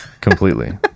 completely